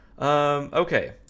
Okay